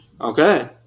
Okay